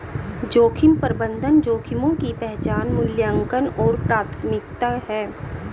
जोखिम प्रबंधन जोखिमों की पहचान मूल्यांकन और प्राथमिकता है